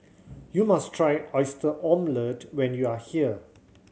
you must try Oyster Omelette when you are here